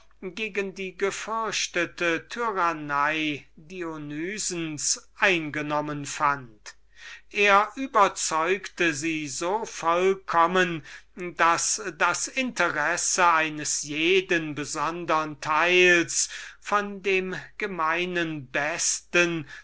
gegen die gefürchtete tyrannie dionysens eingenommen fand er überzeugte sie so vollkommen davon daß das beste eines jeden besondern teils von dem besten